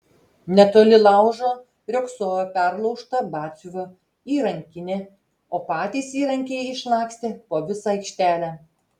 netoli laužo riogsojo perlaužta batsiuvio įrankinė o patys įrankiai išlakstę po visą aikštelę